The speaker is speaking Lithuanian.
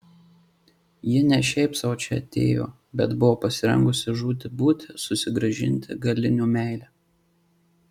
ji ne šiaip sau čia atėjo bet buvo pasirengusi žūti būti susigrąžinti galinio meilę